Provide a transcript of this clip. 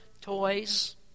toys